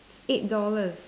eight dollars